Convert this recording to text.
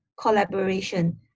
collaboration